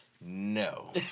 No